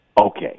Okay